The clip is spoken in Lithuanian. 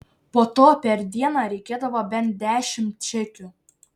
po to per dieną reikėdavo bent dešimt čekių